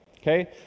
okay